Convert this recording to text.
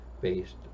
based